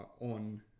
on